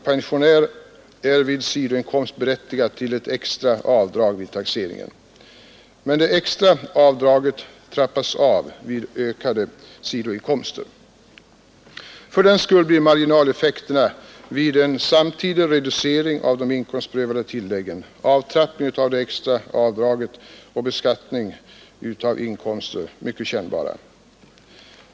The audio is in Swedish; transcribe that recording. Pensionär är vid sidoinkomst berättigad till ett extra avdrag vid taxeringen, men det extra avdraget trappas av vid ökade sidoinkomster. Fördenskull blir marginaleffekterna vid samtidig reducering av de inkomstprövade tilläggen, avtrappning av det extra avdraget och beskattning av inkomster mycket kännbara.